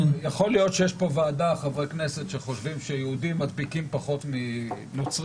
יכול להיות שיש כאן חברי כנסת שחושבים שיהודים מדביקים פחות מנוצרים.